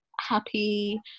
happy